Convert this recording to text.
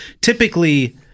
typically